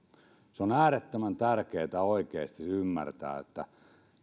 on äärettömän tärkeää oikeasti ymmärtää että